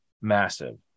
massive